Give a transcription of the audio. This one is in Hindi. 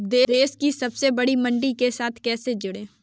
देश की सबसे बड़ी मंडी के साथ कैसे जुड़ें?